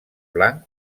blanc